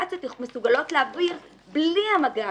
האפליקציות מסוגלות להעביר בלי המגע,